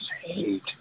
hate